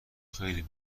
خیلی